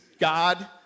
God